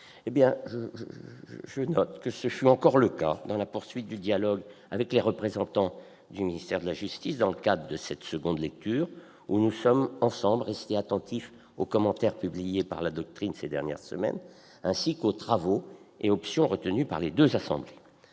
». Je relève que ce fut encore le cas dans la poursuite du dialogue avec les représentants du ministère de la justice dans le cadre de cette seconde lecture, où nous sommes ensemble restés attentifs aux commentaires publiés par la doctrine ces dernières semaines, ainsi qu'aux travaux menés par nos deux assemblées